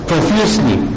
Profusely